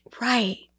Right